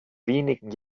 wenigen